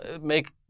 make